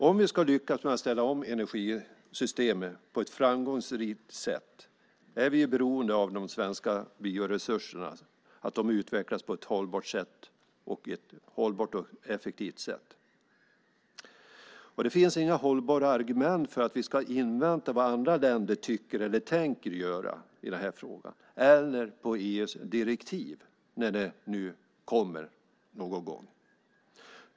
Om vi ska lyckas ställa om energisystemen på ett framgångsrikt sätt är vi beroende av att de svenska bioresurserna utvecklas på ett hållbart och effektivt sätt. Det finns inga hållbara argument för att vi ska invänta vad andra länder tänker göra i den här frågan eller invänta EU:s direktiv när de någon gång kommer.